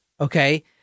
Okay